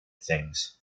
things